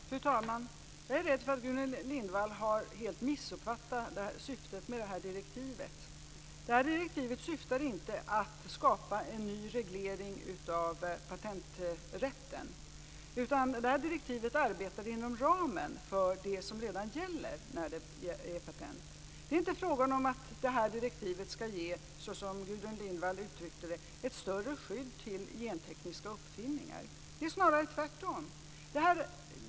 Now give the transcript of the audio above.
Fru talman! Jag är rädd för att Gudrun Lindvall helt har missuppfattat syftet med detta direktiv. Det syftar inte till att skapa en ny reglering av patenträtten, utan det arbetar inom ramen för det som redan gäller för patent. Direktivet skall inte ge ett större skydd för gentekniska uppfinningar, som Gudrun Lindvall uttryckte det. Det är snarare tvärtom.